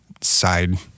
side